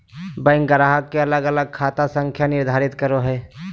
bank ग्राहक के अलग अलग खाता संख्या निर्धारित करो हइ